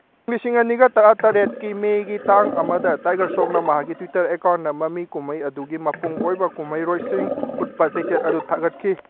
ꯏꯪ ꯂꯤꯁꯤꯡ ꯑꯅꯤꯒ ꯇꯔꯥꯇꯔꯦꯠꯀꯤ ꯃꯦꯒꯤ ꯇꯥꯡ ꯑꯃꯗ ꯇꯥꯏꯒꯔ ꯁ꯭ꯔꯣꯞꯅ ꯃꯍꯥꯛꯀꯤ ꯇ꯭ꯋꯤꯇꯔ ꯑꯦꯀꯥꯎꯟꯗ ꯃꯃꯤ ꯀꯨꯝꯍꯩ ꯑꯗꯨꯒꯤ ꯃꯄꯨꯡ ꯑꯣꯏꯕ ꯀꯨꯝꯍꯩꯔꯣꯏꯁꯤꯡ ꯎꯠꯄ ꯆꯩꯇꯦꯠ ꯑꯗꯨ ꯊꯥꯒꯠꯈꯤ